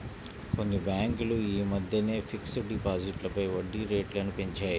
కొన్ని బ్యేంకులు యీ మద్దెనే ఫిక్స్డ్ డిపాజిట్లపై వడ్డీరేట్లను పెంచాయి